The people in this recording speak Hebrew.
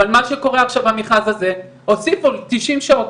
אבל מה שקורה עכשיו במכרז הזה, הוסיפו תשעים שעות.